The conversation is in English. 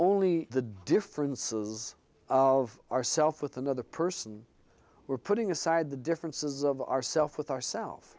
only the differences of ourself with another person we're putting aside the differences of ourself with ourselves